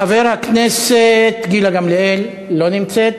חברת הכנסת גילה גמליאל, לא נמצאת.